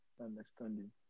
understanding